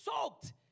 soaked